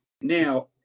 Now